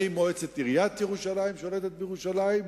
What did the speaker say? האם מועצת עיריית ירושלים שולטת בירושלים?